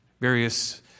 various